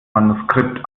manuskript